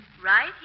Right